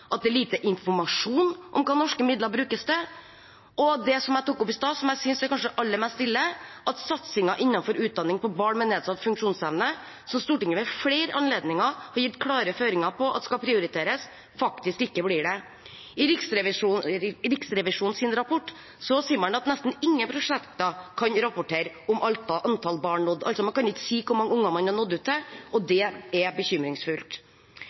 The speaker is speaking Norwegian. at det er lite informasjon om hva norske midler brukes til – og det som jeg tok opp i sted, som jeg synes er aller mest ille, at satsingen innenfor utdanning for barn med nedsatt funksjonsevne, som Stortinget ved flere anledninger har gitt klare føringer for at skal prioriteres, faktisk ikke blir det. I Riksrevisjonens rapport sier man at nesten ingen prosjekter kan rapportere om antall barn som er nådd, altså kan man ikke si hvor mange barn man har nådd ut til. Det er bekymringsfullt.